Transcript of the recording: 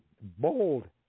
bold